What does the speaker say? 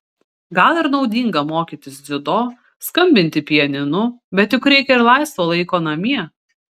gal ir naudinga mokytis dziudo skambinti pianinu bet juk reikia ir laisvo laiko namie